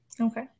Okay